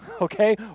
okay